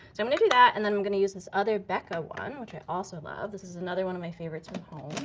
so i'm gonna do that, and then i'm gonna use this other becca one, which i also love. this is another one of my favorites from home.